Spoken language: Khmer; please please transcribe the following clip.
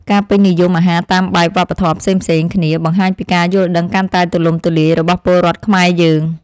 ការពេញនិយមអាហារតាមបែបវប្បធម៌ផ្សេងៗគ្នាបង្ហាញពីការយល់ដឹងកាន់តែទូលំទូលាយរបស់ពលរដ្ឋខ្មែរយើង។